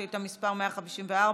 מס' 154,